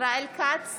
אינו נוכח בצלאל